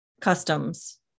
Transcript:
customs